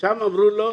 שם אמרו לו: